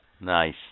Nice